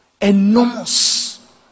enormous